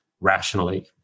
rationally